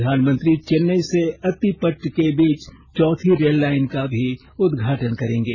प्रधानमंत्री चेन्नई से अत्तिपट्ट के बीच चौथी रेल लाइन का भी उद्घाटन करेंगे